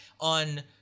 on